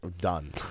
Done